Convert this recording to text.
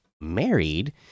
married